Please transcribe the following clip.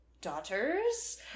daughters